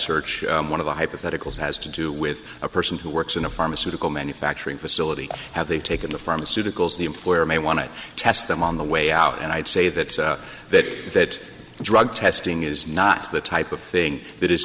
search one of the hypotheticals has to do with a person who works in a pharmaceutical manufacturing facility have they taken the pharmaceuticals the employer may want to test them on the way out and i'd say that that drug testing is not the type of thing that is